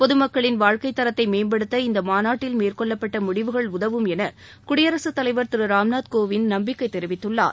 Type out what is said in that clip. பொதுமக்களின் வாழ்க்கைத் தரத்தை மேம்படுத்த இந்த மாநாட்டில் மேற்கொள்ளப்பட்ட முடிவுகள் உதவும் என குடியரசுத் தலைவர் திரு ராம்நாத் கோவிந்த் நம்பிக்கை தெரிவித்துள்ளார்